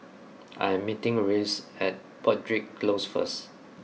I am meeting Rhys at Broadrick Close first